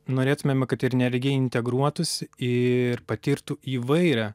norėtumėme kad ir netgi integruotųsi ir patirtų įvairią